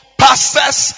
pastors